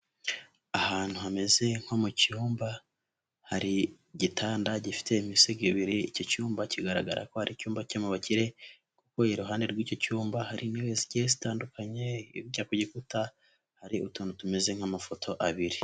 Ahantu hameze nko mu cyumba, hari igitanda gifite imisego ibiri, icyo cyumba kigaragara ko ari icyumba cyo mubakire, kuko iruhande rw'i cyumba hari intebe zigiye zitandukanye hirya ku gikuta hari utuntu tumeze nk'amafoto abiri.